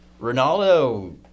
ronaldo